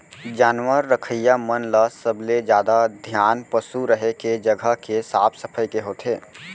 जानवर रखइया मन ल सबले जादा धियान पसु रहें के जघा के साफ सफई के होथे